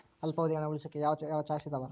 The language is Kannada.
ಅಲ್ಪಾವಧಿ ಹಣ ಉಳಿಸೋಕೆ ಯಾವ ಯಾವ ಚಾಯ್ಸ್ ಇದಾವ?